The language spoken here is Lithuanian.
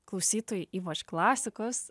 klausytojai ypač klasikos